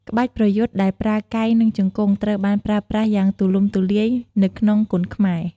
ក្បាច់ប្រយុទ្ធដែលប្រើកែង និងជង្គង់ ត្រូវបានប្រើប្រាស់យ៉ាងទូលំទូលាយនៅក្នុងគុនខ្មែរ។